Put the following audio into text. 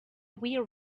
wheel